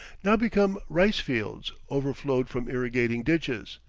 now become rice-fields overflowed from irrigating ditches,